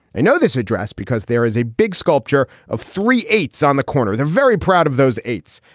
i know this address because there is a big sculpture of three eights on the corner. they're very proud of those eights.